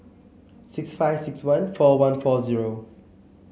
six five six one four one four zero